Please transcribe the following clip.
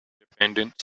dependent